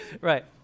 Right